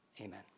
amen